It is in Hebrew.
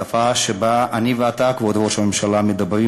השפה שבה אני ואתה, כבוד ראש הממשלה, מדברים